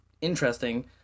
interesting